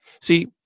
See